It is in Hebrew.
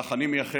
כך אני מייחל,